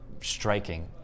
striking